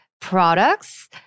products